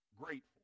grateful